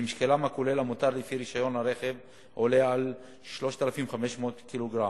שמשקלם הכולל המותר לפי רשיון הרכב עולה על 3,500 קילוגרם,